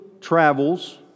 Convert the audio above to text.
travels